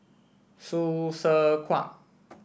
Hsu Tse Kwang